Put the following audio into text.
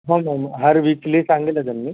हा मॅम हर वीकली सांगितलं त्यांनी